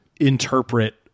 interpret